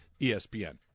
ESPN